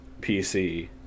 PC